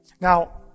Now